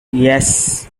yes